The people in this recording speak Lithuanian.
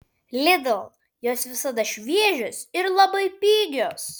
lidl jos visada šviežios ir labai pigios